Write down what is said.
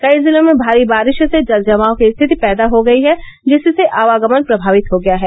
कई जिलों में भारी बारिश से जल जमाव की स्थिति पैदा हो गयी है जिससे आवागमन प्रभावित हो गया है